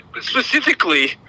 specifically